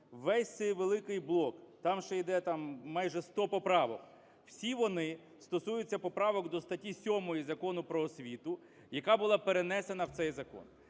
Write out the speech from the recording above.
Весь цей великий блок, там ще йде, там майже 100 поправок, всі вони стосуються поправок до статті 7 Закону "Про освіту", яка була перенесена в цей закон.